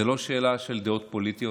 זה לא שאלה של דעות פוליטיות.